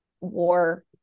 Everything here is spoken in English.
war